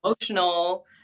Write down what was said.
emotional